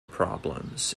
problems